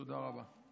תודה רבה.